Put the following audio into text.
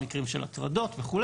מקרים של הטרדות וכו'.